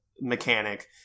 mechanic